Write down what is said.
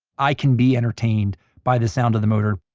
i can be entertained by the sound of the motor.